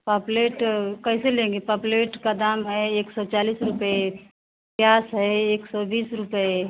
पापलेट कैसे लेंगे पापलेट का दाम है एक सौ चालीस रुपये पेयास है एक सौ बीस रुपये